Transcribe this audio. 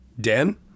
Dan